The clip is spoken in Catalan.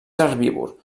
herbívor